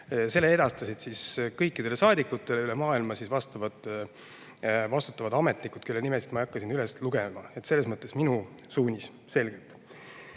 Selle edastasid kõikidele saadikutele üle maailma vastavad vastutavad ametnikud, kelle nimesid ma ei hakka siin üles lugema. Selles mõttes minu suunis selgelt.